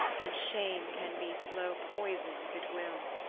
and shame can be slow poison if it will